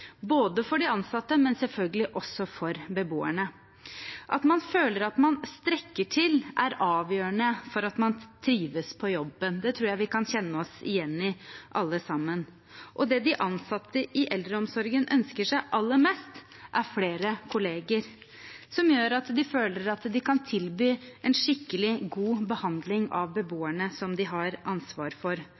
både for de ansatte og selvfølgelig også for beboerne. At man føler at man strekker til, er avgjørende for at man trives på jobben. Det tror jeg vi kan kjenne oss igjen i alle sammen. Det de ansatte i eldreomsorgen ønsker seg aller mest, er flere kolleger, som gjør at de føler at de kan tilby en skikkelig god behandling av beboerne som de har ansvar for,